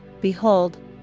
behold